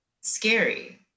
scary